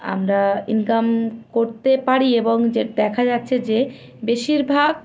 আমরা ইনকাম করতে পারি এবং যে দেখা যাচ্ছে যে বেশিরভাগ